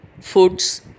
foods